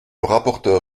rapporteur